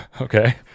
Okay